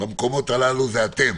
במקומות הללו זה אתם.